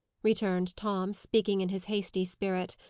returned tom, speaking in his hasty spirit.